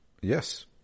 Yes